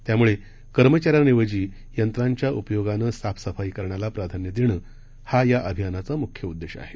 त्यामुळे कर्मचाऱ्यांऐवजी यंत्रांच्या उपयोगानं साफसफाई करण्याला प्राधान्य देणं हा या अभियानाचा म्ख्य उद्देश आहे